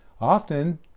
Often